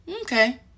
okay